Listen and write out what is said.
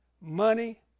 money